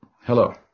Hello